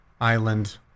island